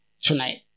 tonight